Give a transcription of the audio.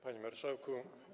Panie Marszałku!